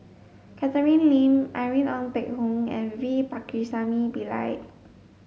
Catherine Lim Irene Ng Phek Hoong and V Pakirisamy Pillai